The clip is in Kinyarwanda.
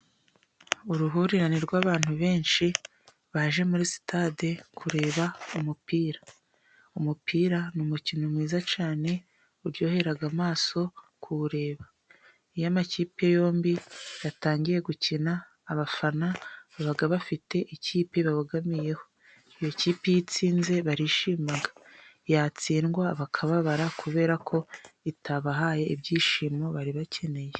Uruhurirane rw'abantu benshi baje muri sitade kureba umupira. Umupira ni umukino mwiza cyane uryohera amaso kuwureba, iyo amakipe yombi yatangiye gukina, abafana baba bafite ikipe babogamiyeho, iyo kipe itsinze barishima, yatsindwa bakababara kubera ko itabahaye ibyishimo bari bakeneye.